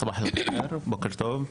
סבאח אל-ח'יר, בוקר טוב.